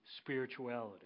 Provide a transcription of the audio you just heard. spirituality